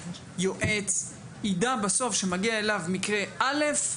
יועץ יידע שכשמגיע אליו מקרה א',